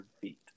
feet